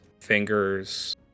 Fingers